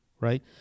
right